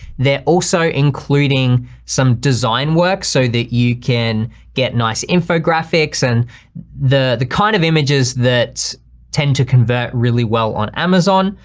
they're also including some design work so that you can get nice infographics, and they're the kind of images that tend to convert really well on amazon.